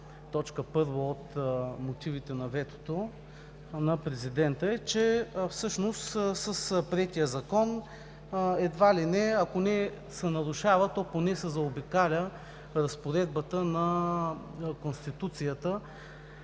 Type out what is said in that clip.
точка първа от мотивите на ветото на Президента, е, че всъщност с приетия Закон едва ли не, ако не се нарушава, то поне се заобикаля разпоредбата на Конституцията,